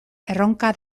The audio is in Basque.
erronka